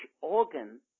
organ